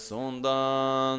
Sundan